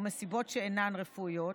או מסיבות שאינן רפואיות,